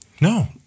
No